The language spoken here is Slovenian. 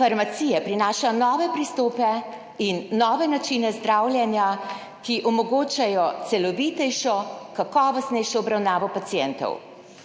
farmacije prinaša nove pristope in nove načine zdravljenja, ki omogočajo celovitejšo, kakovostnejšo obravnavo pacientov,